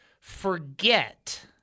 forget